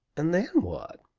and then what?